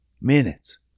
minutes